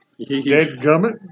gummit